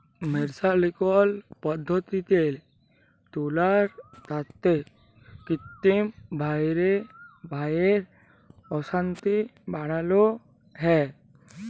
মের্সারিকরল পদ্ধতিল্লে তুলার তাঁতে কিত্তিম ভাঁয়রে ডাইয়ের আসক্তি বাড়ালো হ্যয়